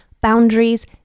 boundaries